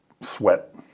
sweat